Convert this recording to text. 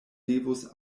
devus